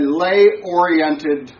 lay-oriented